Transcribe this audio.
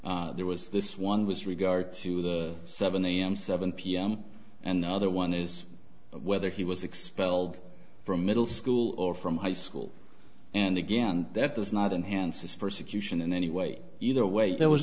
here was this one with regard to the seven am seven pm and the other one is whether he was expelled from middle school or from high school and again that does not enhance his persecution in any way either way there was